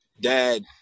dad